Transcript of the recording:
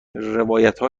روایتها